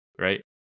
right